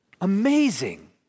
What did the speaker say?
amazing